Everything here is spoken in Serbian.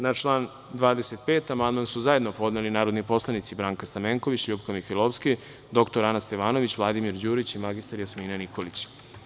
Na član 25. amandman su zajedno podneli narodni poslanici Branka Stamenković, LJupka Mihajlovska, dr Ana Stevanović, Vladimir Đurić i mr Jasmina Nikolić.